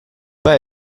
pas